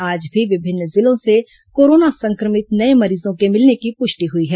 आज भी विभिन्न जिलों से कोरोना संक्रमित नये मरीजों के मिलने की पुष्टि हुई है